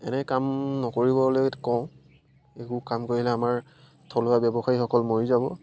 এনে কাম নকৰিবলৈ কওঁ এইবোৰ কাম কৰিলে আমাৰ থলুৱা ব্যৱসায়ীসকল মৰি যাব